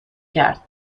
کرد